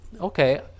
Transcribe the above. Okay